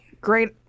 Great